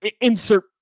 insert